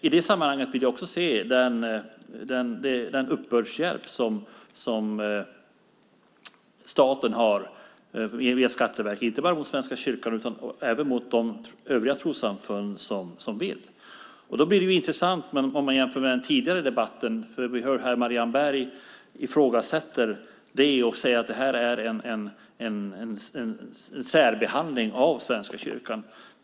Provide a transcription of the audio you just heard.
I det sammanhanget vill jag också nämna den uppbördshjälp som staten ger via Skatteverket inte bara mot Svenska kyrkan utan även mot övriga trossamfund som vill. Då blir det intressant att jämföra med den tidigare debatten. Vi hörde här Marianne Berg ifrågasätta detta och säga att Svenska kyrkan särbehandlas.